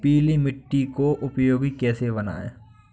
पीली मिट्टी को उपयोगी कैसे बनाएँ?